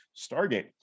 Stargate